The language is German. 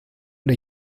der